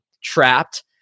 trapped